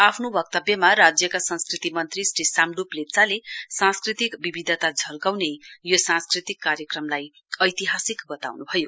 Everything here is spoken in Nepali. आफ्नो वक्तव्यमा राज्यका संस्कृति मन्त्री श्री साम्ड्यप लेप्चाले सांस्कृतिक विविधता झल्काउने यो सांस्कृतिक कार्यक्रमलाई ऐतिहासिक बताउनुभयो